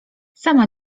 sama